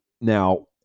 now